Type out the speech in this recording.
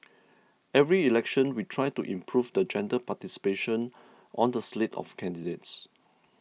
every election we try to improve the gender participation on the slate of candidates